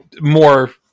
more